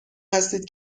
هستید